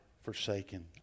forsaken